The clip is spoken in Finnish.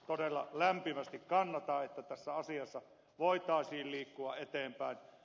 todella lämpimästi kannatan että tässä asiassa voitaisiin liikkua eteenpäin